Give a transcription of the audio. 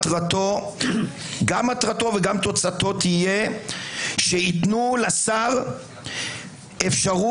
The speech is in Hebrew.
גם מטרתו וגם תוצאתו יהיו שייתנו לשר אפשרות